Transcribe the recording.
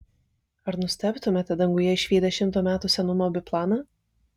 ar nustebtumėte danguje išvydę šimto metų senumo biplaną